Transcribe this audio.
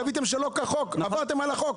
גביתם שלא כחוק; עברתם על החוק.